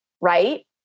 right